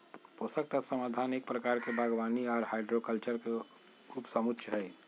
पोषक तत्व समाधान एक प्रकार के बागवानी आर हाइड्रोकल्चर के उपसमुच्या हई,